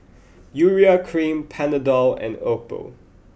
Urea Cream Panadol and Oppo